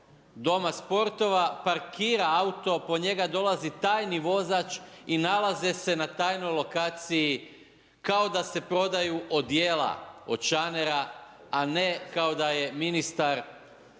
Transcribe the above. Doma Sportova, parkira auto, po njega dolazi tajni vozač i nalaze se na tajnoj lokaciji kao da se prodaju odijela od šanera a ne kao da je ministar